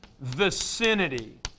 vicinity